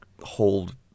hold